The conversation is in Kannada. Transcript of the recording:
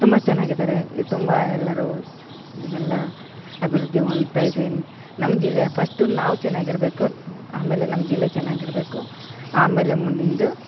ತುಂಬ ಚೆನ್ನಾಗ್ ಇದಾರೆ ತುಂಬ ಎಲ್ಲರು ಎಲ್ಲ ಅಭಿವೃದ್ಧಿ ಹೊಂದ್ತಾ ಇದೆ ನಮ್ಮ ಜಿಲ್ಲೆಯ ಪಸ್ಟ್ ನಾವು ಚೆನ್ನಾಗಿರ್ಬೆಕು ಆಮೇಲೆ ನಮ್ಮ ಜಿಲ್ಲೆ ಚೆನ್ನಾಗಿರ್ಬೇಕು ಆಮೇಲೆ ಮುಂದಿಂದು